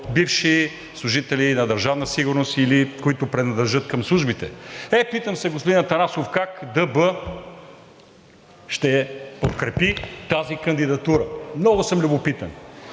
бивши служители на Държавна сигурност или които принадлежат към службите. Е, питам се, господин Атанасов, как ДБ ще подкрепи тази кандидатура? Много съм любопитен.